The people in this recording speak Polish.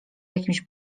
jakimś